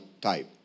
type